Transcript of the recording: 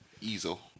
Easel